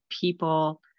people